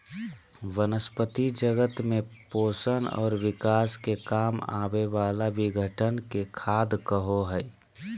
वनस्पती जगत में पोषण और विकास के काम आवे वाला विघटन के खाद कहो हइ